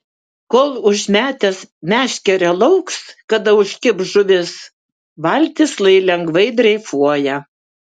kol užmetęs meškerę lauks kada užkibs žuvis valtis lai lengvai dreifuoja